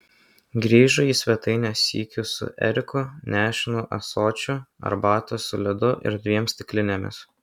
grįžo į svetainę sykiu su eriku nešinu ąsočiu arbatos su ledu ir dviem stiklinėmis